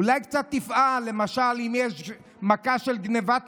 אולי תפעל קצת, למשל אם יש מכה של גנבת מכוניות,